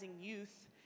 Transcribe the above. youth